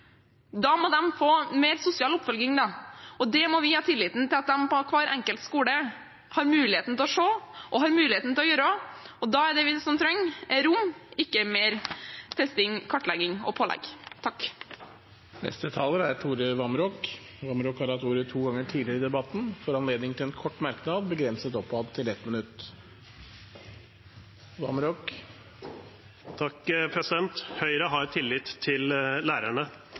Da må de få mer sosial oppfølging, og det må vi ha tillit til at de på hver enkelt skole har muligheten til å se og har muligheten til å gjøre. Og da trenger de rom, ikke mer testing og kartlegging og pålegg. Tore Vamraak har hatt ordet to ganger tidligere i debatten og får ordet til en kort merknad, begrenset til 1 minutt. Høyre har tillit til lærerne.